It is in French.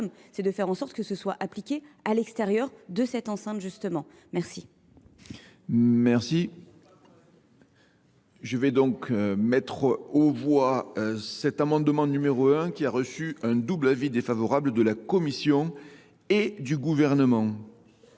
C'est de faire en sorte que ce soit appliqué à l'extérieur de cette enceinte justement. Merci. Merci. Je vais donc mettre au voix cet amendement numéro 1 qui a reçu un double avis défavorable de la Commission et du gouvernement.